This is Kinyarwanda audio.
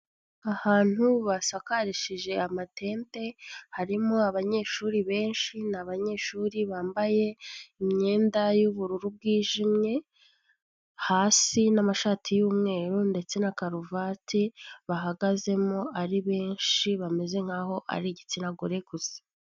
Ahantu basakarishije amatente, harimo abanyeshuri benshi ,ni abanyeshuri bambaye imyenda y'ubururu bwijimye hasi n'amashati y'umweru ndetse na karuvati bahagazemo ari benshi bameze nk'aho ari igitsinagore gusa.